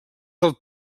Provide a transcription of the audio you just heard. del